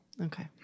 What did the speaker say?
Okay